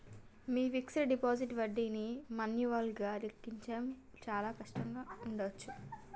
మీ fixed deposit వడ్డీని మాన్యువల్గా లెక్కించడం చాలా కష్టంగా ఉండచ్చు